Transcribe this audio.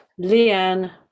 Leanne